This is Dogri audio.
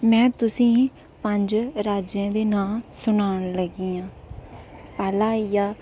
में तुसें ई पंज राज्यें दे नांऽ सनान लग्गी आं पैह्ला आई गेआ